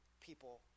people